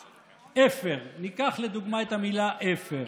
אפר, ניקח לדוגמה את המילה אפר,